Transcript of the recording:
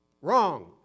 Wrong